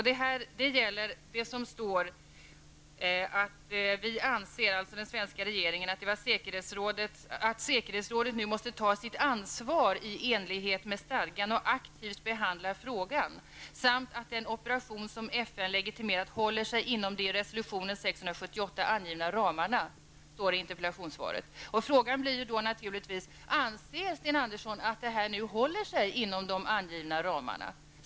Där står att vi, dvs. den svenska regeringen, anser det viktigt ''att säkerhetsrådet tar sitt ansvar i enlighet med stadgan och aktivt behandlar frågan samt att den operation som FN legitimerat håller sig inom de i resolution Då blir naturligtvis frågan: Anser Sten Andersson att denna operation håller sig inom de angivna ramarna?